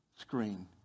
screen